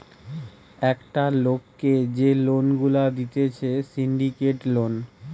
একটা লোককে যে লোন গুলা দিতেছে সিন্ডিকেট লোন